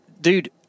dude